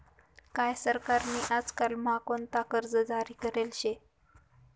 काय सरकार नी आजकाल म्हा कोणता कर्ज जारी करेल शे